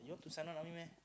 you want to sign on army meh